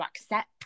accept